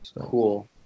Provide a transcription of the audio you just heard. Cool